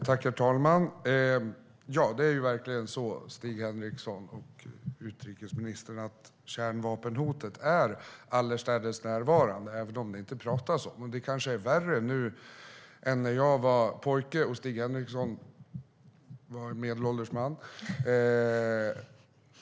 Herr talman! Det är verkligen så, Stig Henriksson och utrikesministern, att kärnvapenhotet är allestädes närvarande, även om det inte pratas om det. Det är kanske värre nu än när jag var pojke och Stig Henriksson var en medelålders man.